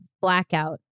Blackout